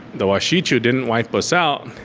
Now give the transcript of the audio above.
the wasi'chu didn't wipe us out,